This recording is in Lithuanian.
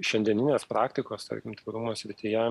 šiandieninės praktikos tarkim tvarumo srityje